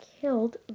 killed